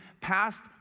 past